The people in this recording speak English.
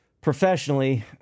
professionally